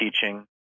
teaching